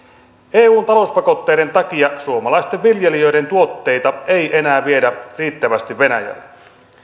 eun talouspakotteiden takia suomalaisten viljelijöiden tuotteita ei enää viedä riittävästi venäjälle